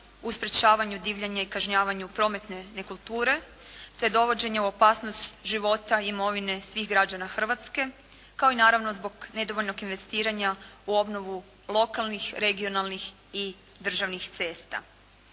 u sprečavanju divljanja i kažnjavanju prometne nekulture te dovođenja u opasnost života, imovine svih građana Hrvatske kao i naravno zbog nedovoljnog investiranja u obnovu lokalnih, regionalnih i državnih cesta.